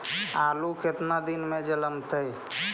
आलू केतना दिन में जलमतइ?